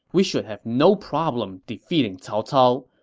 we should have no problem defeating cao cao,